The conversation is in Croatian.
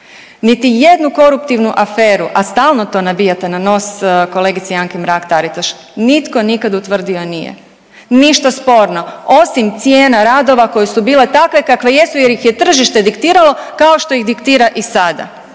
Niti jednu koruptivnu aferu, a stalno to nabijate na nos kolegici Anki Mrak-Taritaš, nitko nikad utvrdio nije ništa sporno osim cijena radova koje su bile takve kakve jesu jer ih je tržište diktiralo kao što ih diktira i sada,